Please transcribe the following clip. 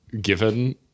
given